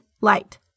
light